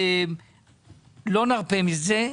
לא נרפה מזה.